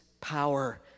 power